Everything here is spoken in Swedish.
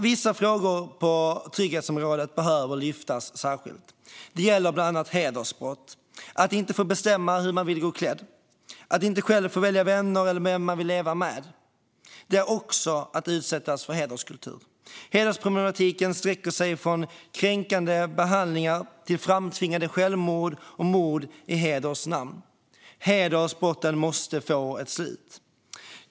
Vissa frågor på trygghetsområdet behöver lyftas fram särskilt. Det gäller bland annat hedersbrott. Att inte få bestämma hur man vill gå klädd eller att inte själv få välja vänner eller vem man vill leva med är också att utsättas för hederskultur. Hedersproblematiken sträcker sig från kränkande behandlingar till framtvingade självmord och mord i hederns namn. Hedersbrotten måste få ett slut.